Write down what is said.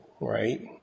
right